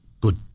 good